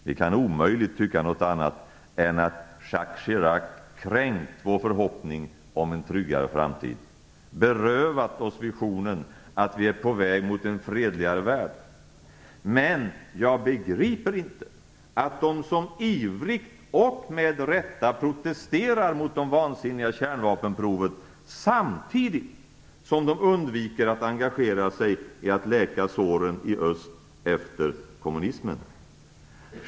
Vi kan omöjligt tycka något annat än att Jacques Chirac kränkt vår förhoppning om en tryggare framtid och berövat oss visionen att vi är på väg mot en fredligare värld. Men jag begriper inte att de som ivrigt och med rätta protesterar mot de vansinniga kärnvapenproven samtidigt undviker att engagera sig i att läka såren efter kommunismen i öst.